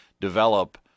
develop